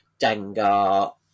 Dengar